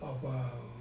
about